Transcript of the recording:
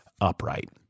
upright